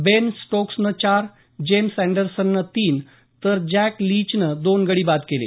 बेन स्टोक्सनं चार आणि जेम्स अँडरसननं तीन तर जॅक लीचनं दोन गडी बाद केले